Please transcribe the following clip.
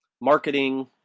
marketing